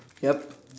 yup